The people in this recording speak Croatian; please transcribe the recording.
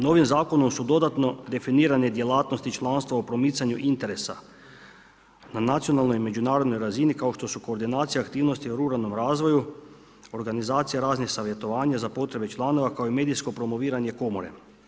Novim zakonom su dodatno definirane djelatnosti članstva o promicanju interesa na nacionalnoj i međunarodnoj razini kao što su koordinacija aktivnosti u ruralnom razvoju, organizacija raznih savjetovanja za potrebe članova kao i medijsko promoviranje komore.